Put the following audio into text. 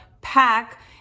pack